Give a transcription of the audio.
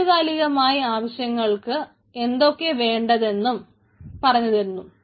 ആനുകാലികമായ ആവശ്യങ്ങൾക്ക് എന്തൊക്കെയാണ് വേണ്ടതെന്നുള്ളത് പറഞ്ഞുതരും